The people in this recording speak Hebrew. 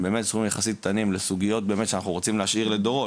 שהם באמת סכומים יחסית קטנים לסוגיות שאנחנו רוצים להשאיר לדורות,